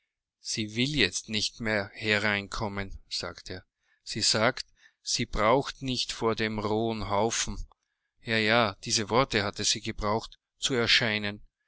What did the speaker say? sie will jetzt nicht mehr hereinkommen sagte er sie sagt sie braucht nicht vor dem rohen haufen ja ja diese worte hat sie gebraucht zu erscheinen